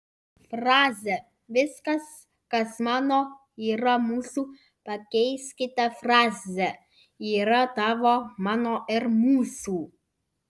frazę viskas kas mano yra mūsų pakeiskite fraze yra tavo mano ir mūsų